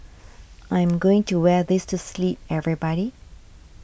I am going to wear this to sleep everybody